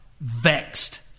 Vexed